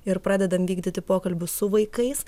ir pradedam vykdyti pokalbius su vaikais